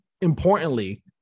importantly